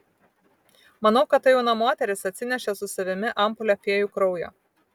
manau kad ta jauna moteris atsinešė su savimi ampulę fėjų kraujo